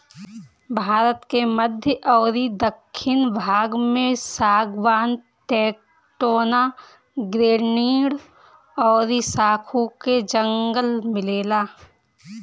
भारत के मध्य अउरी दखिन भाग में सागवान, टेक्टोना, ग्रैनीड अउरी साखू के जंगल मिलेला